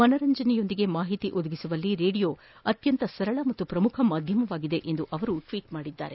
ಮನರಂಜನೆಯೊಂದಿಗೆ ಮಾಹಿತಿ ನೀಡುವಲ್ಲಿ ರೇಡಿಯೊ ಅತಿ ಸರಳ ಮತ್ತು ಪ್ರಮುಖ ಮಾಧ್ಯಮವಾಗಿದೆ ಎಂದು ಟ್ವೀಟ್ ಮಾಡಿದ್ದಾರೆ